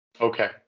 Okay